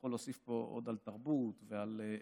אני יכול להוסיף פה עוד על תרבות ועל תעסוקה,